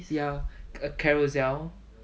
ya ah err carousell